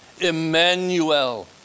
Emmanuel